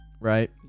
right